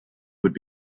would